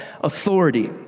authority